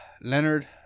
Leonard